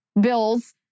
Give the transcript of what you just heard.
bills